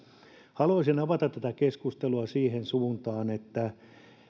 haluaisin avata tätä keskustelua siihen suuntaan että